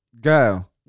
Go